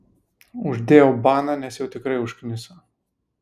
uždėjau baną nes jau tikrai užkniso